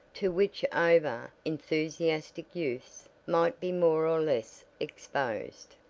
to which over enthusiastic youths might be more less exposed.